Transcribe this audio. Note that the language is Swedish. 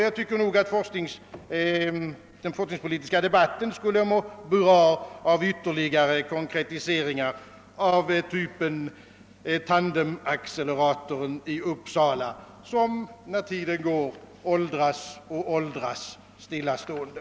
Jag tycker att den forskningspolitiska debatten skulle ha mått väl av en ytterligare konkretisering av typen tan demacceleratorn i Uppsala, vilken medan tiden går åldras alltmera och åldras stillastående.